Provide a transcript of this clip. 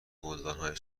گلدانهای